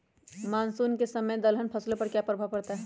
Monsoon के समय में दलहन फसलो पर क्या प्रभाव पड़ता हैँ?